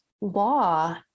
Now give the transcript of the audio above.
law